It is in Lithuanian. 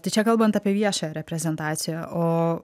tai čia kalbant apie viešą reprezentaciją o